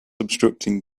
obstructing